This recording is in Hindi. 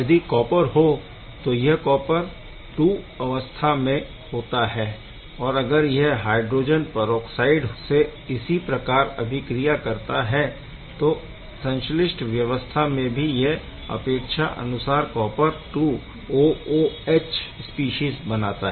यदि कॉपर हो तो यह कॉपर II अवस्था में होता है और अगर यह हाइड्रोजन परऑक्साइड से इसी प्रकार अभिक्रिया करता है तो संश्लिष्ट व्यवस्था में भी यह अपेक्षा अनुसार copper II O O H species बनाता है